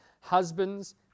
Husbands